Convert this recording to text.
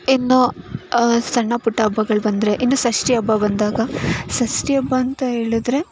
ಇನ್ನು ಸಣ್ಣ ಪುಟ್ಟ ಹಬ್ಬಗಳು ಬಂದರೆ ಇನ್ನು ಷಷ್ಠಿ ಹಬ್ಬ ಬಂದಾಗ ಷಷ್ಠಿ ಹಬ್ಬ ಅಂತ ಹೇಳಿದ್ರೆ